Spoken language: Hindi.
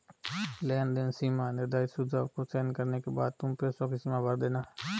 लेनदेन सीमा निर्धारित सुझाव को चयन करने के बाद तुम पैसों की सीमा भर देना